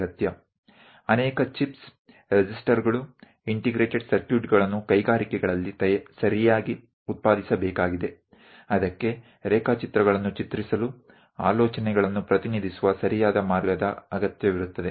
ઉદ્યોગોમાં ઘણી chips resistor integrated circuits યોગ્ય રીતે બનાવવી પડે છે કે જેના માટે વિચારો રજુ કરવા માટે કાળજીપૂર્વક સ્કેચ દોરવાની જરૂર છે